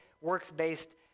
works-based